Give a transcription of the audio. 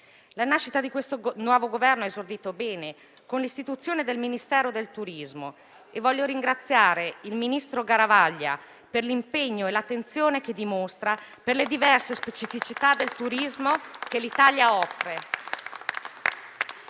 sua nascita, questo nuovo Governo ha esordito bene, con l'istituzione del Ministero del turismo, e voglio ringraziare il ministro Garavaglia per l'impegno e l'attenzione che dimostra per le diverse specificità del turismo che l'Italia offre.